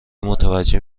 متوجه